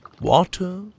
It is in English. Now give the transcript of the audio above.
water